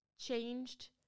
changed—